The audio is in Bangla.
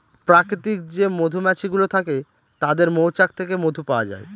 প্রাকৃতিক যে মধুমাছি গুলো থাকে তাদের মৌচাক থেকে মধু পাওয়া যায়